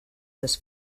this